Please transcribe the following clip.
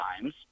times